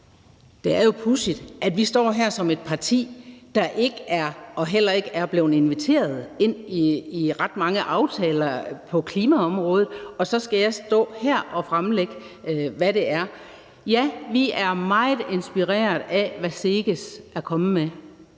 Det er jo pudsigt, at vi er et parti, der ikke er blevet inviteret ind i ret mange aftaler på klimaområdet, og så skal jeg stå her og fremlægge, hvad det er. Ja, vi er meget inspireret af, hvad SEGES er kommet med.